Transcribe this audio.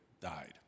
died